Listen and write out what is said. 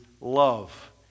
love